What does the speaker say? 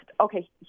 okay